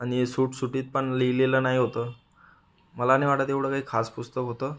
आणि सुटसुटीतपण लिहिलेलं नाही होतं मला नाही वाटत एवढं काही खास पुस्तक होतं